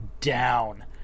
down